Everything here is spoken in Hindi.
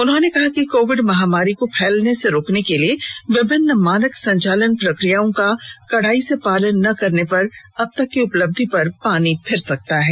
उन्होंने कहा कि कोविड महामारी को फैलने से रोकने के लिए विभिन्न मानक संचालन प्रक्रियाओं का कडाई से पालन न करने पर अब तक की उपलब्धि पर पानी फिर सकता है